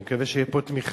אני מקווה שתהיה פה תמיכה,